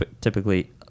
typically